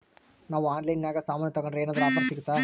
ನಾವು ಆನ್ಲೈನಿನಾಗ ಸಾಮಾನು ತಗಂಡ್ರ ಏನಾದ್ರೂ ಆಫರ್ ಸಿಗುತ್ತಾ?